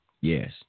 Yes